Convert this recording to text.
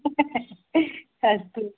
अस्तु